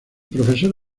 profesor